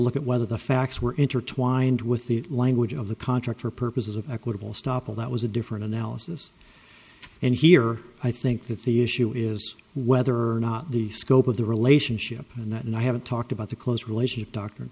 look at whether the facts were intertwined with the language of the contract for purposes of equitable stoppel that was a different analysis and here i think that the issue is whether or not the scope of the relationship and that and i haven't talked about the close relationship doctrine